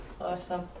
Awesome